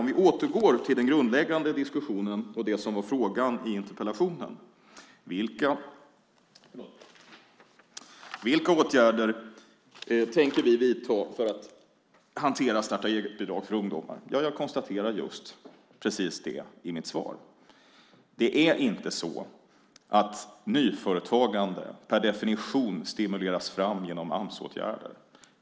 Om vi återgår till den grundläggande diskussionen och det som var frågan i interpellationen: Vilka åtgärder tänker vi vidta för att hantera starta-eget-bidrag för ungdomar? Jag konstaterade just det i mitt svar att det inte är så att nyföretagande per definition stimuleras fram genom Amsåtgärder.